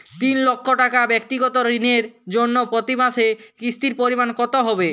তিন লক্ষ টাকা ব্যাক্তিগত ঋণের জন্য প্রতি মাসে কিস্তির পরিমাণ কত হবে?